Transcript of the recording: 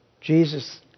Jesus